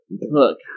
Look